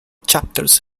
chapters